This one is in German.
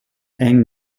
eng